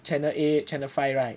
channel eight channel five right